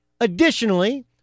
Additionally